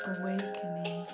awakening